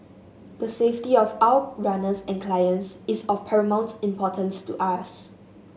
the safety of our runners and clients is of paramount importance to us